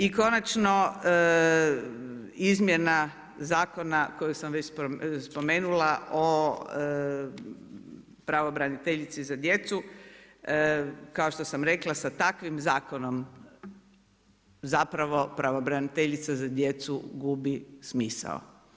I konačno, izmjena Zakona koju sam već spomenula o pravobraniteljici za djecu, kao što sam rekla, sa takvim zakonom, zapravo pravobraniteljica za djecu gubi smisao.